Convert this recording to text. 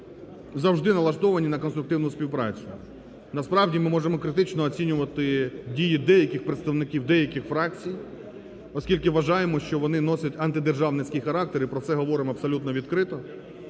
завжди налаштовані на конструктивну співпрацю. Насправді ми можемо критично оцінювати дії деяких представників деяких фракцій, оскільки вважаємо, що вони носять антидержавницький характер, і про це говоримо абсолютно відкрито.